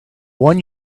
one